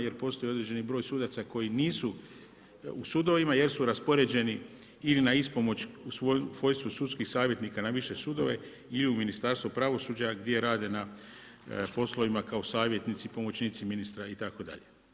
Jer postoji određeni broj sudaca koji nisu u sudovima, jer su raspoređeni ili na ispomoć u svojstvu sudskih savjetnika na više sudove i u Ministarstvo pravosuđa gdje rade na poslovima kao savjetnici, pomoćnici ministra itd.